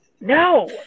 No